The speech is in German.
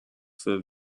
für